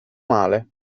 male